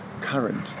current